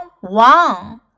one